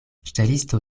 ŝtelisto